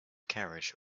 carriage